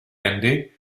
andy